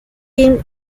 tim